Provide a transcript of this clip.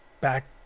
back